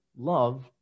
love